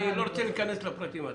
אני לא רוצה להיכנס לפרטים הטכניים.